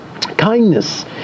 Kindness